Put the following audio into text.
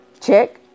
Check